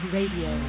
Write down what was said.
Radio